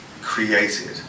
created